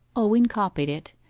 owen copied it,